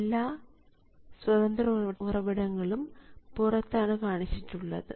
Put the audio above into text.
എല്ലാ സ്വതന്ത്ര ഉറവിടങ്ങളും പുറത്താണ് കാണിച്ചിട്ടുള്ളത്